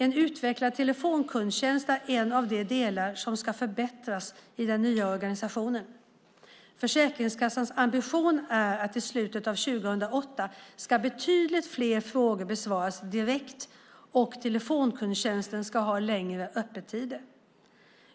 En utvecklad telefonkundtjänst är en av de delar som ska förbättras i den nya organisationen. Försäkringskassans ambition är att i slutet av 2008 ska betydligt fler frågor besvaras direkt och telefonkundtjänsten ska ha längre öppettider.